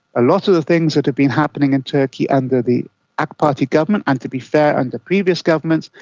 a lot of the things that have been happening in turkey under the ak party government and, to be fair, under previous governments,